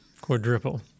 Quadruple